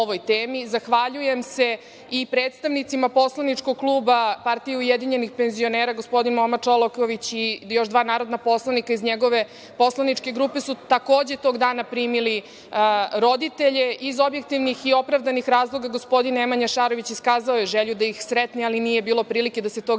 temi. Zahvaljujem se i predstavnicima poslaničkog kluba Partije ujedinjenih penzionera. Gospodin Moma Čolaković i još dva narodna poslanika iz njegove poslaničke grupe su, takođe, tog dana primili roditelje. Iz objektivnih i opravdanih razloga gospodin Nemanja Šarović iskazao je želju da ih sretne, ali nije bilo prilike da se tog